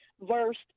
versed